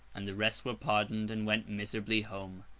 and the rest were pardoned and went miserably home.